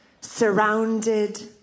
surrounded